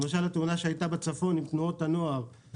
למשל התאונה שהייתה בצפון עם תנועות הנוער.